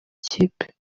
kipe